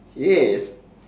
yes